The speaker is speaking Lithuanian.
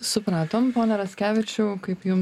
supratom pone raskevičiau kaip jum